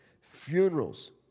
funerals